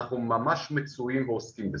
אנחנו ממש מצויים ועוסקים בזה.